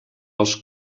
els